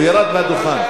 הוא ירד מהדוכן.